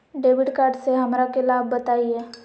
Debit card से हमरा के लाभ बताइए?